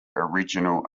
original